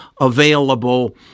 available